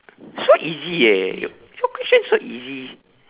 so easy eh your question so easy